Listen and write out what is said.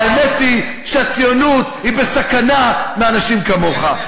האמת היא שהציונות בסכנה מאנשים כמוך.